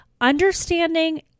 understanding